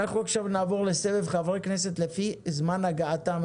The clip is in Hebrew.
אנחנו עכשיו נעבור לסבב חברי כנסת לפי זמן הגעתם.